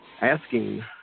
asking –